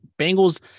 Bengals